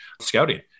scouting